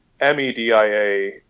M-E-D-I-A